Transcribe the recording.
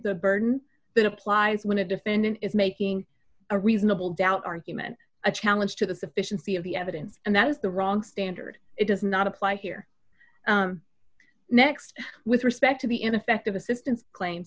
the burden that applies when a defendant is making a reasonable doubt argument a challenge to the sufficiency of the evidence and that is the wrong standard it does not apply here next with respect to be ineffective assistance claim